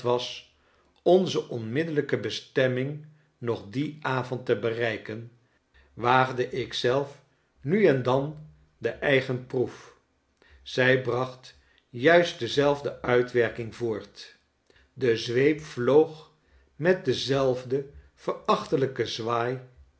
onze onmiddellijke bestemming nog dien avond te bereiken waagde ik zelf nu en dan de eigen proef zij bracht juist dezelfde uitwerking voort de zweep vloog met denzelfden verachtelijken zwaai